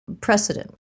precedent